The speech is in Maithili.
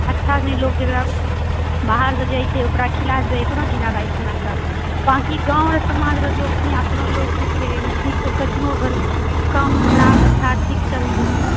अच्छा नहि लोग जेकरा बाहरसँ जे एतै ओकरा खिला देबै ओकरो जीरा राइस बनाकऽ बाँकि गाँव समाजके लोक अपनो लोकनि कइसनो कम अच्छा खराब ठीक चलि जेतै